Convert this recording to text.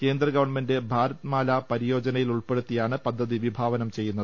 കേന്ദ്ര ഗവൺമെൻറ് ഭാരത്മാല പരിയോജനയിൽ പ്പെടുത്തിയാണ് പദ്ധതി വിഭാവനം ചെയ്യുന്നത്